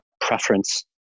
preference